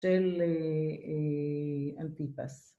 ‫של אמפיפס.